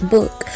Book